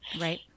Right